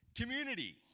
community